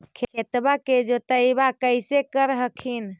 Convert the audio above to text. खेतबा के जोतय्बा कैसे कर हखिन?